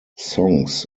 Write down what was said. songs